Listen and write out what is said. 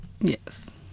Yes